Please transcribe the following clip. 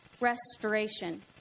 restoration